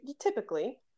typically